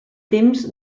temps